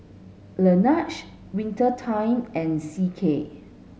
Laneige Winter Time and C K